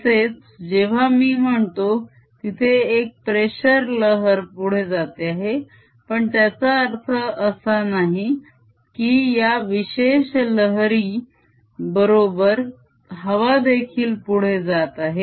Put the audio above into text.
तसेच जेव्हा मी म्हणतो तिथे एक प्रेशर लहर पुढे जाते आहे पण त्याचा अर्थ असा नाही की या विशेष लहरी बरोबर हवा देखील पुढे जात आहे